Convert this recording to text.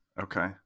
Okay